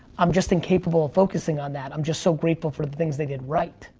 i'm just incapable of focusing on that, i'm just so grateful for the things they did right.